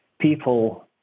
people